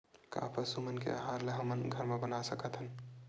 का पशु मन के आहार ला हमन घर मा बना सकथन?